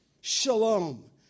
shalom